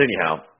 anyhow